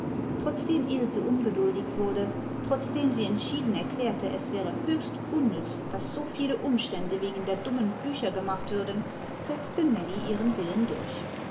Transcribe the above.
trotzdem ilse ungeduldig wurde trotzdem sie entschieden erklärte es wäre höchst unnütz daß so viele umstände wegen der dummen bücher gemacht würden setzte nellie ihren willen durch